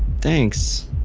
thanks